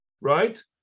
right